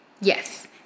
Yes